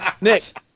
Nick